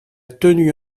tenu